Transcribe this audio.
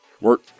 Work